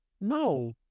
no